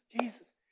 Jesus